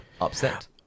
upset